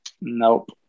nope